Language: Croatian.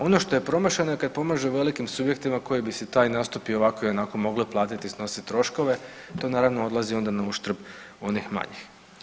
Ono što je promašeno je kad pomaže velikim subjektima koji bi si taj nastup i ovako i onako mogle platiti i snositi troškove, to naravno odlazi onda nauštrb onih manjih.